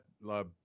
love